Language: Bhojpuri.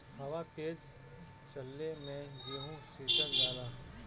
हवा तेज चलले मै गेहू सिचल जाला?